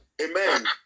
Amen